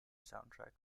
soundtrack